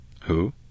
Who